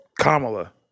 Kamala